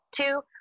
Two